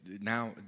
now